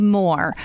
more